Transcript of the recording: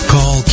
Call